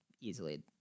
easily